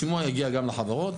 השימוע יגיע גם לחברות.